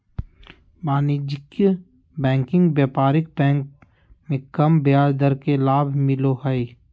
वाणिज्यिक बैंकिंग व्यापारिक बैंक मे कम ब्याज दर के लाभ मिलो हय